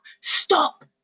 stop